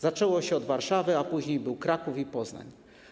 Zaczęło się od Warszawy, a później były Kraków i Poznań.